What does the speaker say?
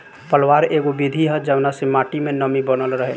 पलवार एगो विधि ह जवना से माटी मे नमी बनल रहेला